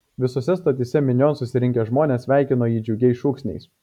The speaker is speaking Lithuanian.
visose stotyse minion susirinkę žmonės sveikino jį džiugiais šūksniais